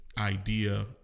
idea